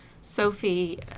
Sophie